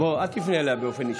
אל תפנה אליה באופן אישי.